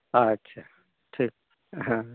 ᱟᱪᱪᱷᱟ ᱴᱷᱤᱠ ᱴᱷᱤᱠᱜᱮᱭᱟ